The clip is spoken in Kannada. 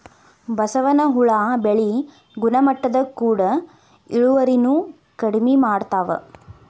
ಬಸವನ ಹುಳಾ ಬೆಳಿ ಗುಣಮಟ್ಟದ ಕೂಡ ಇಳುವರಿನು ಕಡಮಿ ಮಾಡತಾವ